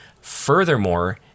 furthermore